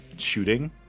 shooting